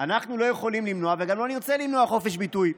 לא יכולים למנוע, וגם לא נרצה למנוע, חופש ביטוי.